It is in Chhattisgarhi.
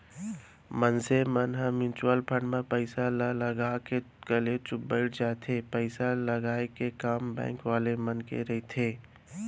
मनसे मन ह म्युचुअल फंड म पइसा ल लगा के कलेचुप बइठ जाथे पइसा लगाय के काम बेंक वाले मन के रहिथे